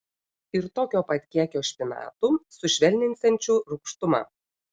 ir tokio pat kiekio špinatų sušvelninsiančių rūgštumą